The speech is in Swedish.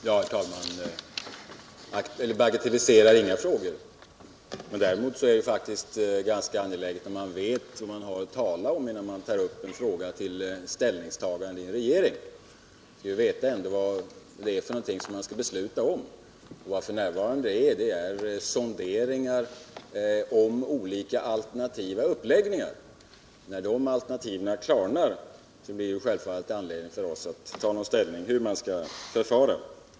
Herr talman! Jag bagatelliserar inga frågor, men däremot är det ganska angeläget att man vet vad man talar om innan man tar upp en fråga för ställningstagande i en regering. Man vill ändå veta vad man skall besluta om. Vad som f. n. pågår är sonderingar om olika alternativa uppläggningar. När de olika alternativen klarnar blir det självfallet angeläget för oss att ta ställning till hur man skall förfara.